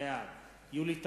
בעד יולי תמיר,